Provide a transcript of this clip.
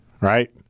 right